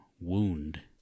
Wound